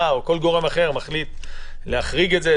או כל גורם אחר מחליט להחריג את זה,